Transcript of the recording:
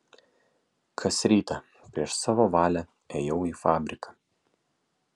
kas rytą prieš savo valią ėjau į fabriką